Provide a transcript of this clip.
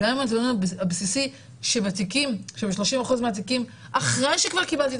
--- הבסיסי שב-30% מהתיקים אחרי שכבר קיבלתי את